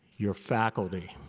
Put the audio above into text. your faculty,